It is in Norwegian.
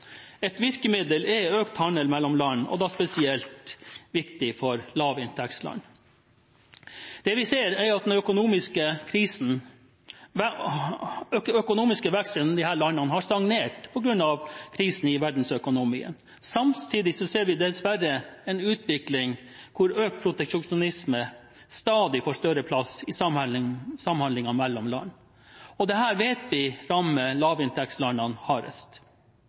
virkemiddel er økt handel mellom land – og da spesielt viktig for lavinntektsland. Det vi ser, er at den økonomiske veksten i disse landene har stagnert på grunn av krisen i verdensøkonomien. Samtidig ser vi dessverre en utvikling hvor økt proteksjonisme får en stadig større plass i samhandlingen mellom land, og dette vet vi rammer lavinntektslandene hardest.